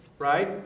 Right